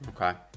Okay